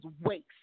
waste